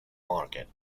market